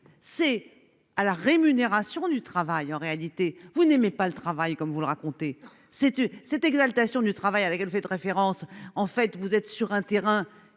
C'est à la rémunération du travail en réalité vous n'aimez pas le travail comme vous le raconter cette cette exaltation du travail avec elle fait référence en fait vous êtes sur un terrain